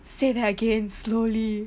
say that again slowly